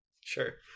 Sure